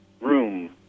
room